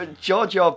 George